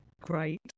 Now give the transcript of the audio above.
Great